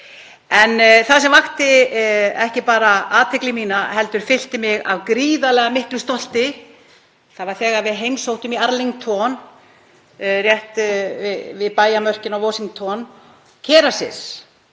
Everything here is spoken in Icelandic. En það sem vakti ekki bara athygli mína heldur fyllti mig af gríðarlega miklu stolti var þegar við heimsóttum Arlington, rétt við bæjarmörkin á Washington, Kerecis,